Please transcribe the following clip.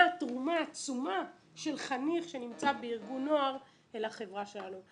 התרומה העצומה של חניך שנמצא בארגון נוער לחברה שלנו.